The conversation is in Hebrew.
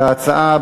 לנושא: